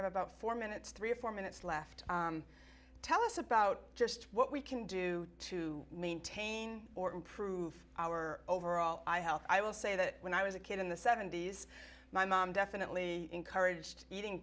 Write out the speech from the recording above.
have about four minutes three or four minutes left tell us about just what we can do to maintain or improve our overall i health i will say that when i was a kid in the seventy's my mom definitely encouraged eating